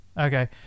okay